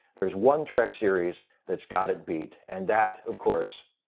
there's one trek series that's got it beat, and that, of course,